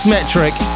Metric